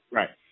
right